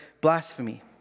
blasphemy